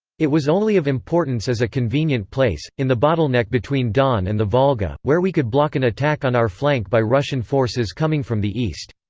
it was only of importance as a convenient place, in the bottleneck between don and the volga, where we could block an attack on our flank by russian forces coming from the east.